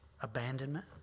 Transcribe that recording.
Abandonment